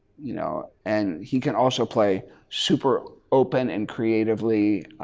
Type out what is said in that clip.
you know and he can also play super open and creatively